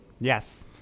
Yes